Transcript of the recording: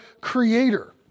Creator